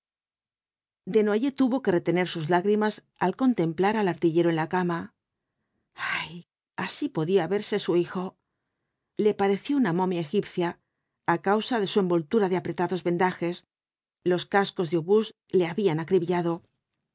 desnoyers tuvo que retener sus lágrimas al contemplar al artillero en la cama ay así podía verse su hijo le pareció una momia egipcia á causa de su envoltura de apretados vendajes los cascos de obús le habían acribillado